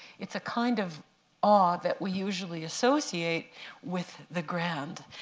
it's a kind of awe that we usually associate with the grand,